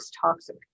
toxic